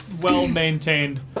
well-maintained